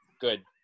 Good